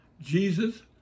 Jesus